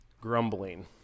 Grumbling